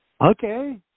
okay